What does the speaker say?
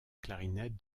clarinette